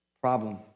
problem